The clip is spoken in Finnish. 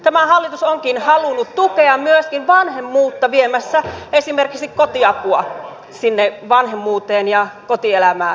tämä hallitus onkin halunnut tukea myöskin vanhemmuutta viemällä esimerkiksi kotiapua ja tukemalla kotielämää